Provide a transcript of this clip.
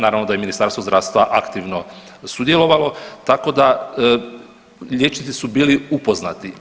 Naravno da je Ministarstvo zdravstva aktivno sudjelovalo, tako da liječnici su bili upoznati.